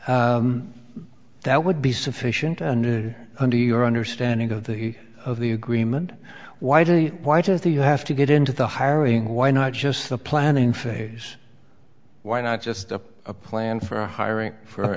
that would be sufficient and under your understanding of the of the agreement why did why does the you have to get into the hiring why not just the planning phase why not just a plan for hiring for